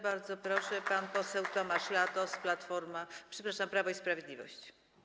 Bardzo proszę, pan poseł Tomasz Latos, Platforma... przepraszam, Prawo i Sprawiedliwość.